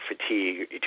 fatigue